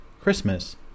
Christmas